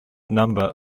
number